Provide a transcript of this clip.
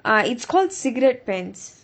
uh it's called cigarette pants